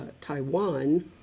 Taiwan